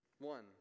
One